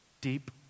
deep